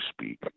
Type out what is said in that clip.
speak